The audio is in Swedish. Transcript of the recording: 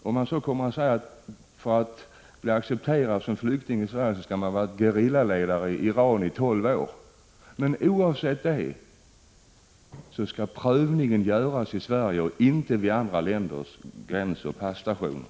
Även om det sägs att det för att bli accepterad som flykting i Sverige krävs att man skall ha varit gerillaledare i Iran i tolv år, skall prövningen göras i Sverige och inte vid andra länders gränser och passtationer.